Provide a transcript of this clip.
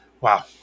Wow